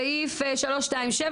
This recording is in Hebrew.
סעיף 327,